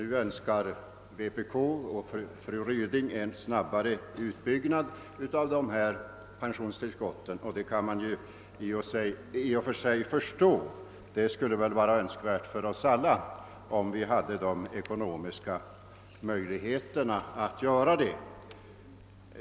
Nu önskar vänsterpartiet kommunisterna en snabbare utbyggnad av des sa pensionstillskott, och det kan man ju i och för sig förstå. Det skulle vi alla önska om vi hade de ekonomiska möjligheterna.